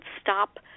stop